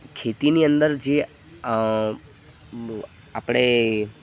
ખેતીની અંદર જે આપણે